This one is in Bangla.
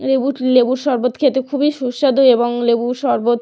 লেবুর লেবুর শরবত খেতে খুবই সুস্বাদু এবং লেবুর শরবত